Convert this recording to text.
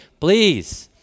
please